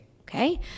Okay